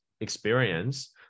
experience